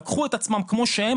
לקחו את עצמם כמו שהם,